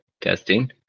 Testing